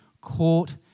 caught